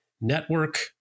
Network